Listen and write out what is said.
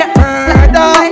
murder